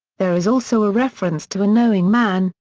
there is also a reference to a knowing man,